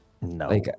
No